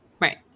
Right